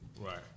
Right